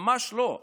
ממש לא.